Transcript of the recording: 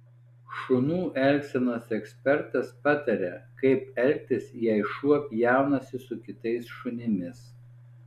šunų elgsenos ekspertas pataria kaip elgtis jei šuo pjaunasi su kitais šunimis